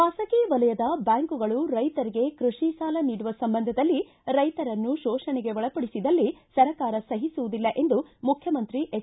ಖಾಸಗಿ ವಲಯದ ಬ್ಲಾಂಕುಗಳು ರೈತರಿಗೆ ಕೃಷಿ ಸಾಲ ನೀಡುವ ಸಂಬಂಧದಲ್ಲಿ ರೈತರನ್ನು ತೋಷಣೆಗೆ ಒಳಪಡಿಸಿದಲ್ಲಿ ಸರ್ಕಾರ ಸಹಿಸುವುದಿಲ್ಲ ಎಂದು ಮುಖ್ಯಮಂತ್ರಿ ಎಚ್